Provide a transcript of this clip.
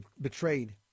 betrayed